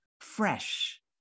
fresh